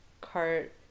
cart